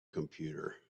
computer